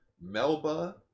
Melba